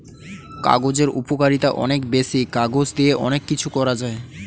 কাগজের উপকারিতা অনেক বেশি, কাগজ দিয়ে অনেক কিছু করা যায়